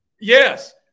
Yes